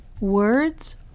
words